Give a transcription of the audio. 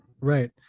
right